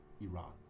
Iran